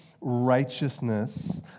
righteousness